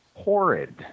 horrid